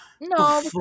No